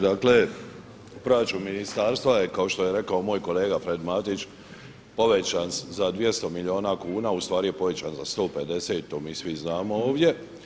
Dakle proračun ministarstva je kao što je rekao moj kolega Fred Matić povećan za 200 milijuna kuna ustvari je povećan za 150 to mi svi znamo ovdje.